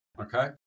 okay